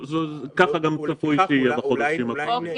ככה גם צפוי שיהיה בחודשים הקרובים.